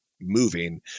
Moving